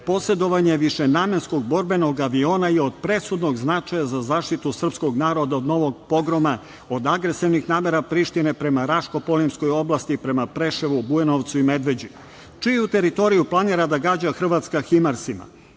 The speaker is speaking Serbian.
posedovanje višenamenskog borbenog aviona je od presudnog značaja za zaštitu srpskog naroda od novog pogroma, od agresivnih namera Prištine prema Raškoj oblasti, prema Preševu, Bujanovcu i Medveđi. Čiju teritoriju planira da gađa Hrvatska himarsima?